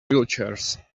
wheelchairs